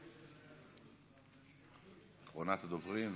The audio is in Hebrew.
אחרונת הדוברים,